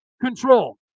control